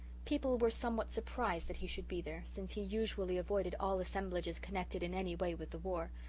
people were somewhat surprised that he should be there, since he usually avoided all assemblages connected in any way with the war.